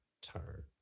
turn